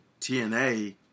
TNA